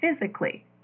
physically